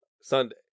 Sunday